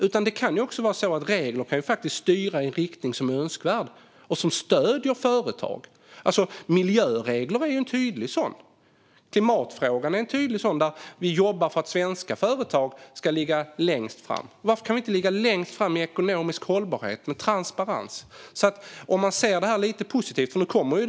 Regler kan också styra i en önskvärd riktning, som stöder företag. Miljöregler är tydliga sådana. Klimatfrågan är en tydlig fråga där vi jobbar för att svenska företag ska ligga längst fram. Varför kan vi inte ligga längst fram i fråga om ekonomisk hållbarhet och transparens? Den här lagstiftningen kommer nu.